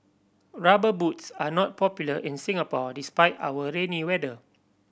Rubber Boots are not popular in Singapore despite our rainy weather